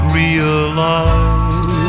realize